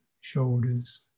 shoulders